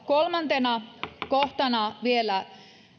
kolmantena kohtana vielä